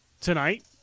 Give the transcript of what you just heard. tonight